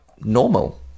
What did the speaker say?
Normal